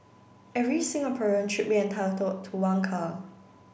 every Singaporean should be entitled to one car